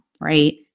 right